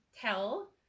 tell